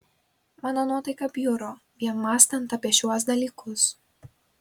mano nuotaika bjuro vien mąstant apie šiuos dalykus